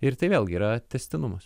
ir tai vėlgi yra tęstinumas